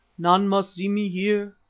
none must see me here.